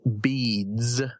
beads